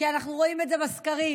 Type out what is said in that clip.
כי אנחנו רואים את זה בסקרים,